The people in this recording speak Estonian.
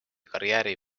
karjääri